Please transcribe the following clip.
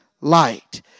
light